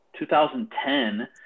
2010